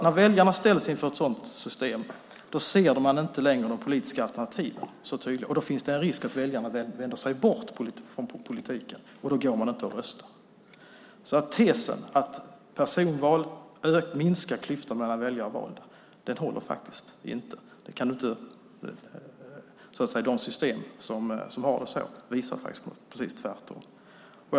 När väljarna ställs inför ett sådant system ser de inte längre de politiska alternativen så tydligt. Då finns det en risk att väljarna vänder sig bort från politiken. Då går man inte och röstar. Tesen att personval minskar klyftorna mellan väljare och valda håller faktiskt inte. De system som har det så visar precis tvärtom.